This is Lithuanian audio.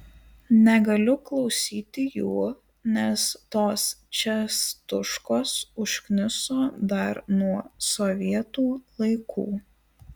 negaliu klausyti jų nes tos čiastuškos užkniso dar nuo sovietų laikų